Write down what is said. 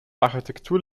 architektur